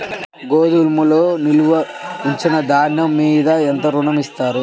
గోదాములో నిల్వ ఉంచిన ధాన్యము మీద ఎంత ఋణం ఇస్తారు?